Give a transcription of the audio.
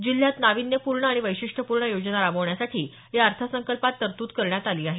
जिल्ह्यात नावीन्यपूर्ण आणि वैशिष्ट्यपूर्ण योजना राबवण्यासाठी या अर्थसंकल्पात तरतूद करण्यात आली आहे